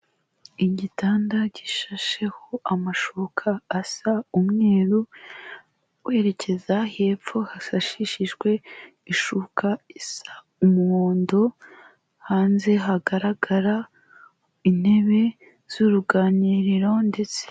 Igitanda gishasheho amashuka asa umweru werekeza hepfo hasashishijwe ishuka isa umuhondo, hanze hagaragara intebe z'uruganiriro ndetse.